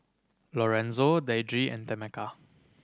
Lorenzo Deidre and Tameka